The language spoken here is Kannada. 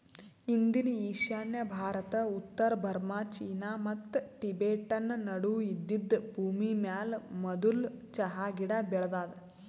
ಇಂದಿನ ಈಶಾನ್ಯ ಭಾರತ, ಉತ್ತರ ಬರ್ಮಾ, ಚೀನಾ ಮತ್ತ ಟಿಬೆಟನ್ ನಡು ಇದ್ದಿದ್ ಭೂಮಿಮ್ಯಾಲ ಮದುಲ್ ಚಹಾ ಗಿಡ ಬೆಳದಾದ